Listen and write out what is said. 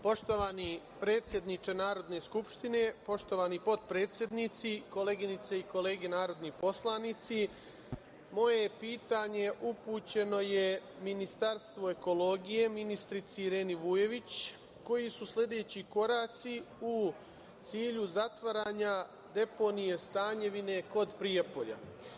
Poštovani predsedniče Narodne skupštine, poštovani potpredsednici, koleginice i kolege narodni poslanici, moje pitanje upućeno je Ministarstvu ekologije ministrici Ireni Vujović – koji su sledeći koraci u cilju zatvaranja deponije Stanjevine kod Prijepolja?